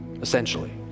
essentially